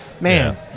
Man